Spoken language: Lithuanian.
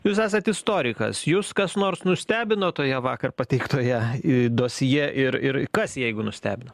jūs esat istorikas jus kas nors nustebino toje vakar pateiktoje dosjė ir ir kas jeigu nustebino